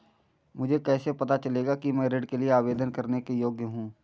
मुझे कैसे पता चलेगा कि मैं ऋण के लिए आवेदन करने के योग्य हूँ?